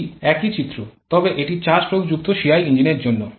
এটি একই চিত্র তবে একটি ৪ স্ট্রোক যুক্ত সিআই ইঞ্জিনের জন্য